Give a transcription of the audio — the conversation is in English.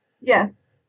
Yes